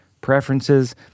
preferences